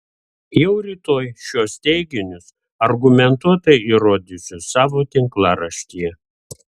jau rytoj šiuos teiginius argumentuotai įrodysiu savo tinklaraštyje